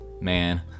man